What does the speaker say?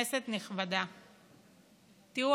הכנסת רוצה ממש להמיט אסון על אפשרות כזאת,